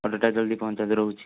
ଅର୍ଡ଼ରଟା ଜଲ୍ଦି ପହଞ୍ଚାଇବେ ରହୁଛି